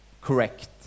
correct